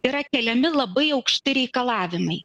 yra keliami labai aukšti reikalavimai